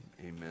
amen